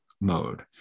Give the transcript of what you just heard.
mode